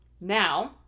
now